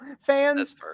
fans